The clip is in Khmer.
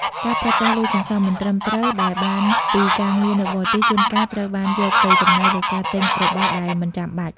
ការប្រើប្រាស់លុយសន្សំមិនត្រឹមត្រូវដែលបានពីការងារនៅបរទេសជួនកាលត្រូវបានយកទៅចំណាយលើការទិញរបស់ដែលមិនចាំបាច់។